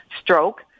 stroke